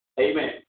amen